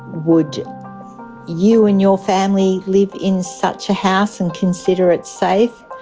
would you and your family live in such a house and consider it safe?